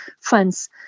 friends